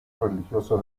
religioso